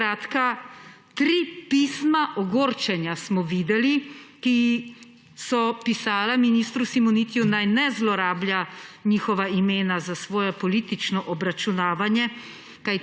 Weibla. Tri pisma ogorčenja smo videli, ki so pisala ministru Simonitiju, naj ne zlorablja njihova imena za svoje politično obračunavanje.